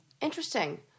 Interesting